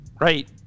right